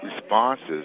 responses